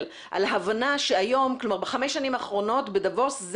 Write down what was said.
על הבנה שבחמש השנים האחרונות בדאבוס,